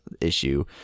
issue